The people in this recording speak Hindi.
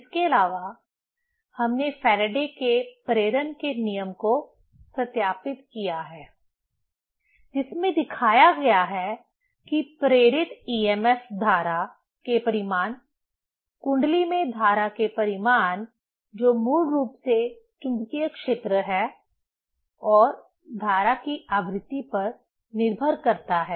इसके अलावा हमने फैराडे के प्रेरण के नियम Faraday's law of induction को सत्यापित किया है जिसमें दिखाया गया है कि प्रेरित EMF धारा के परिमाण कुंडली में धारा के परिमाण जो मूल रूप से चुंबकीय क्षेत्र है और धारा की आवृत्ति पर निर्भर करता है